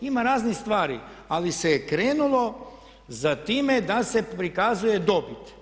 Ima raznih stvari ali se krenulo za time da se prikazuje dobit.